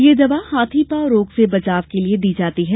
यह दवा हाथी पांव रोग से बचाव के लिए दी जाती है